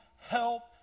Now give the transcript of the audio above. help